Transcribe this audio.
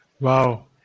Wow